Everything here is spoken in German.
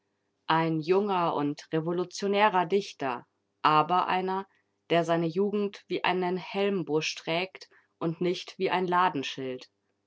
ein junger und revolutionärer dichter aber einer der seine jugend wie einen helmbusch trägt und nicht wie ein